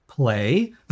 play